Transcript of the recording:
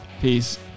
Peace